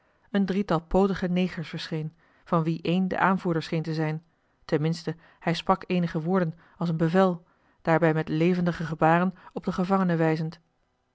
een drietal pootige negers verscheen van wie een de aanvoerder scheen te zijn ten minste joh h been paddeltje de scheepsjongen van michiel de ruijter hij sprak eenige woorden als een bevel daarbij met levendige gebaren op den gevangene wijzend